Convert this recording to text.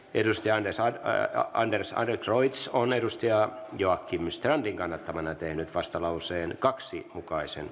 anders adlercreutz on joakim strandin kannattamana tehnyt vastalauseen kahden mukaisen